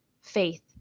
faith